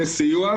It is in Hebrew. לסיוע,